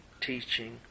teaching